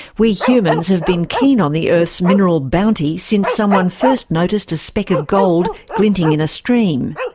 we humans have been keen on the earth's mineral bounty since someone first noticed a speck of gold glinting in a stream.